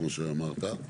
כמו שאמרת?